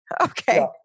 Okay